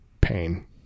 pain